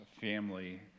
family